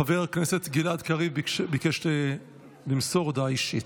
חבר הכנסת גלעד קריב ביקש למסור הודעה אישית.